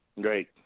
Great